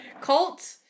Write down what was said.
Cult